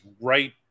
right